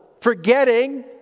forgetting